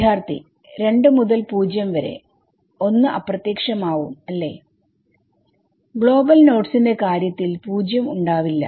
വിദ്യാർത്ഥി 2 മുതൽ പൂജ്യം വരെ 1 അപ്രത്യക്ഷമവും അല്ലെ ഗ്ലോബൽ നോഡ്സ് ന്റെ കാര്യത്തിൽ പൂജ്യം ഉണ്ടാവില്ല